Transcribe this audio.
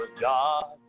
God